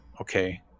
okay